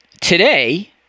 Today